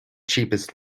cheapest